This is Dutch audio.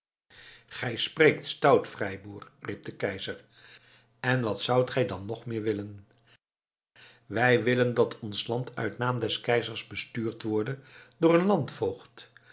gij spreekt stout vrijboer riep de keizer en wat zoudt gij dan nog meer willen wij willen dat ons land uit naam des keizers bestuurd worde door een